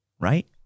right